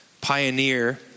pioneer